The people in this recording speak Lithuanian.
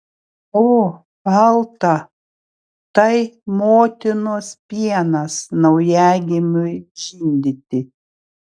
o balta tai motinos pienas naujagimiui žindyti